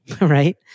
right